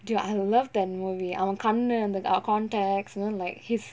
dude I love that movie அவ கண்ணு அந்த:ava kannu antha ah context lah like his